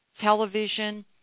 television